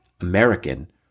American